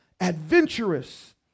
adventurous